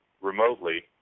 remotely